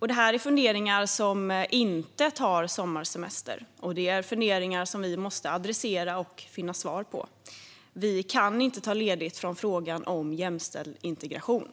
Detta är funderingar som inte tar sommarsemester. Det är funderingar som vi måste adressera och finna svar på. Vi kan inte ta ledigt från frågan om jämställd integration.